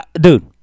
dude